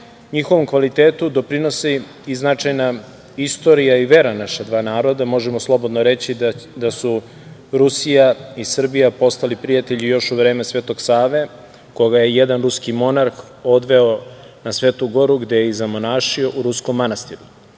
Njihovom kvalitetu doprinosi i značajna istorija i vera naša dva naroda. Možemo slobodno reći da su Rusija i Srbija postali prijatelji još u vreme Svetog Save, koga je jedan ruski monarh odveo na Svetu Goru, gde se i zamonašio u ruskom manastiru. Srpski